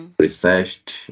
researched